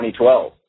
2012